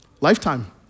lifetime